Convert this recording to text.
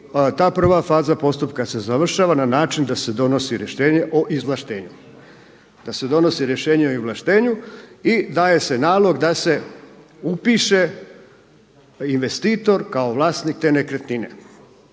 ta prva faza postupka se završava na način da se donosi rješenje o izvlaštenju i daje se nalog da se upiše investitor kao vlasnik te nekretnine.